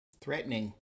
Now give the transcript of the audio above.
threatening